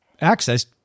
access